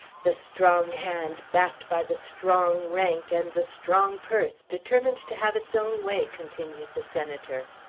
the strong hand backed by the strong rank and the strong purse determined to have its own way! continued the senator.